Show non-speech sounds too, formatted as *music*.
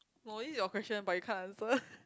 oh this is your question but you can't answer *laughs*